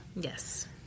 Yes